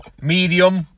medium